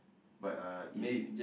but uh is it